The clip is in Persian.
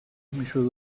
میشد